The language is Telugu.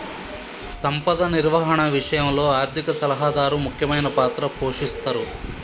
సంపద నిర్వహణ విషయంలో ఆర్థిక సలహాదారు ముఖ్యమైన పాత్ర పోషిస్తరు